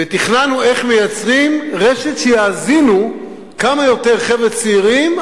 ותכנַנו איך מייצרים רשת שיאזינו כמה שיותר חבר'ה צעירים,